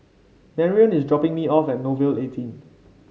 Marrion is dropping me off at Nouvel eighteen